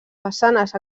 façanes